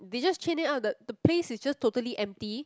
they just chain it up the the place is just totally empty